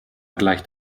gleicht